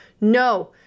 no